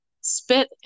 spit